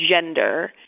gender